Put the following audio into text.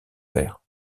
verts